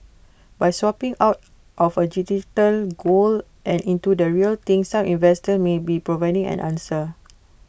by swapping out of A digital gold and into the real thing some investors may be providing an answer